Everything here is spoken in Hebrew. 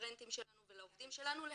לרפרנטים שלנו ולעובדים שלנו להמליץ.